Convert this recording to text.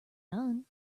none